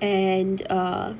and uh